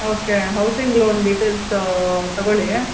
okay housing loan details ತಗೊಳ್ಳಿ